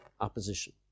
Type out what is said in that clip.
opposition